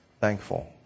thankful